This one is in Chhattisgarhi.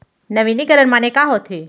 नवीनीकरण माने का होथे?